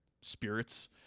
spirits